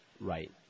Right